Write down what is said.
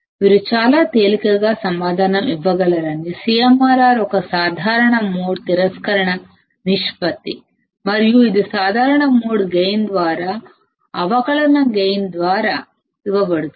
మీరు చాలా తేలికగా సమాధానం ఇవ్వగలరని CMRR ఒక కామన్ మోడ్ రిజెక్షన్ రేషియో మరియు ఇది కామన్ మోడ్ గైన్ ద్వారా అవకలన గైన్ ద్వారా ఇవ్వబడుతుంది